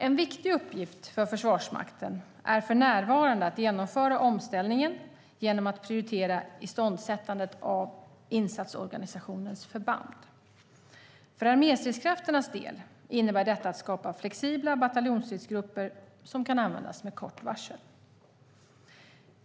En viktig uppgift för Försvarsmakten är för närvarande att genomföra omställningen genom att prioritera iståndsättandet av insatsorganisationens förband. För arméstridskrafternas del innebär detta att skapa flexibla bataljonsstridsgrupper som kan användas med kort varsel.